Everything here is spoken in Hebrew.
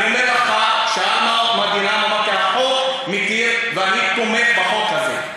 אני אומר לך שהחוק מתיר, ואני תומך בחוק הזה.